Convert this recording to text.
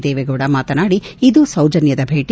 ದೇವೇಗೌಡ ಮಾತನಾಡಿ ಇದು ಸೌಜನ್ನದ ಭೇಟ